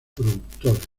productores